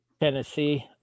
Tennessee